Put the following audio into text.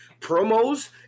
promos